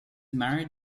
married